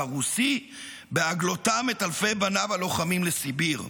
הרוסי בהגלותם את אלפי בניו הלוחמים לסיביר.